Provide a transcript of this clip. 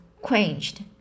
quenched